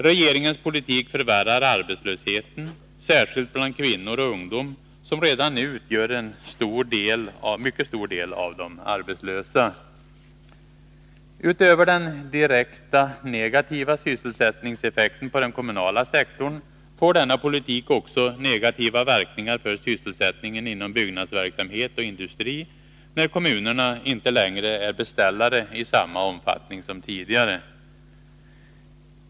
Regeringens politik förvärrar arbetslösheten, särskilt bland kvinnor och ungdom, som redan nu utgör en mycket stor del av de arbetslösa. Utöver den direkta negativa sysselsättningseffekten på den kommunala sektorn får denna politik också negativa verkningar för sysselsättningen inom byggnadsverksamhet och industri, när kommunerna inte längre är beställare i samma omfattning som tidigare.